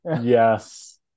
Yes